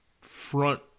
front